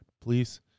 please